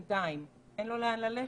אין לו לאן ללכת.